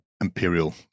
imperial